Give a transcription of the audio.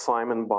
Simon